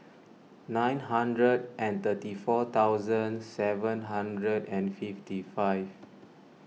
nine hundred and thirty four thousand seven hundred and fifty five